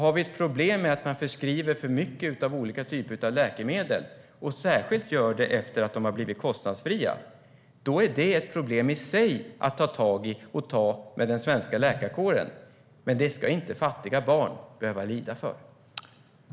Har vi ett problem med att det förskrivs för mycket av vissa typer av läkemedel och att detta särskilt görs efter att de har blivit kostnadsfria får vi ta upp det med den svenska läkarkåren. Men fattiga barn ska inte behöva lida för det.